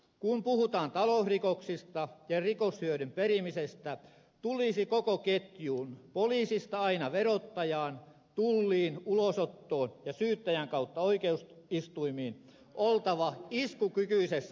kun puhutaan talousrikoksista ja rikoshyödyn perimisestä tulisi koko ketjun poliisista aina verottajaan tulliin ulosottoon ja syyttäjän kautta oikeusistuimiin oltava iskukykyisessä kunnossa